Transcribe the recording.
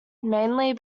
mainly